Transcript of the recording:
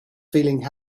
feeling